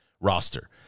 roster